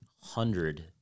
hundred